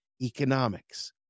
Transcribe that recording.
economics